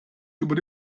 über